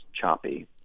choppy